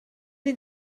sie